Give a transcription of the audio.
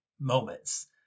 moments